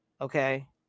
Okay